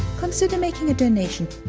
consider making a donation,